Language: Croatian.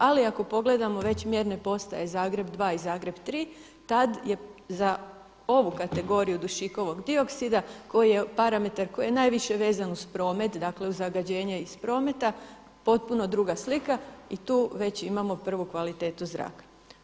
Ali ako pogledamo već mjerne postaje Zagreb 2 i Zagreb 3 tada je za ovu kategoriju dušikovog dioksida koji je, parametar, koji je najviše vezan uz promet, dakle uz zagađenje iz prometa potpuno druga slika i tu već imamo prvu kvalitetu zraka.